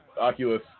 Oculus